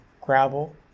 gravel